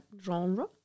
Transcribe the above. genre